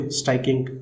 striking